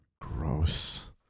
Gross